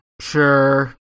sure